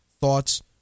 thoughts